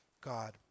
God